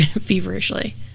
feverishly